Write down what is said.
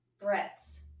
threats